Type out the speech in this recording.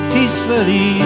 Peacefully